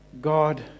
God